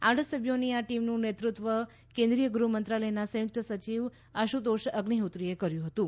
આઠ સભ્યોની આ ટીમનું નેતૃત્વ કેન્દ્રીય ગૃહ મંત્રાલયના સંયુક્ત સચિવ આશુતોષ અઝિહોત્રીએ કર્યું હતું